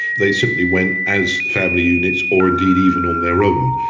they simply went as family units, or indeed even on their own,